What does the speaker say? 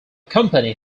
company